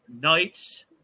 Knights